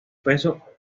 peso